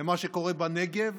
למה שקורה בנגב